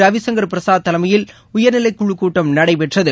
ரவிசங்கர் பிரசாத் தலைமையில் உயர்நிலைக் குழுக் கூட்டம் நடைபெற்றது